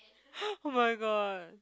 !ha! oh-my-god